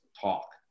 talk